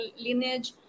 lineage